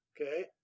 okay